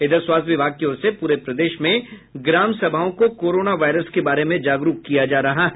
इधर स्वास्थ्य विभाग की ओर से पूरे प्रदेश में ग्राम सभाओं को कोरोना वायरस के बारे में जागरूक किया जा रहा है